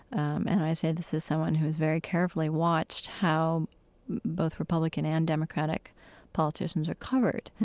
um and i say this as someone who has very carefully watched how both republican and democratic politicians are covered,